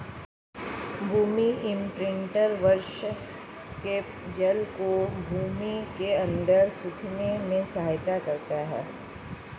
भूमि imprinter वर्षा के जल को भूमि के अंदर सोखने में सहायता करता है